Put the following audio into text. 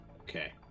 Okay